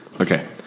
Okay